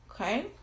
Okay